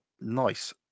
nice